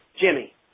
Jimmy